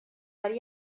weil